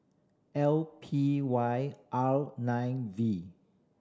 L P Y R nine V